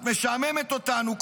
את משעממת אותנו.